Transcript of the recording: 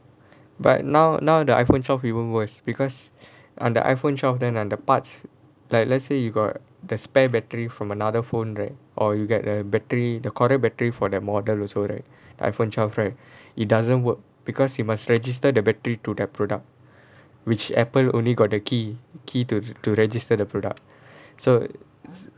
but now now the iPhone twelve even worse because on the iPhone twelve then under parts like let's say you got the spare battery from another phone right or you get the battery the correct battery for the model also right iPhone twelve right it doesn't work because you must register the battery to their product which Apple only got the key key to to register the product so